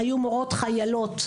היו מורות חיילות.